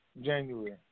January